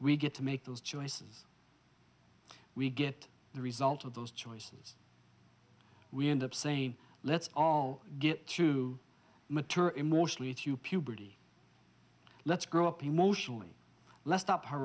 we get to make those choices we get the result of those choices we end up saying let's all get to mature emotionally to puberty let's grow up emotionally let's stop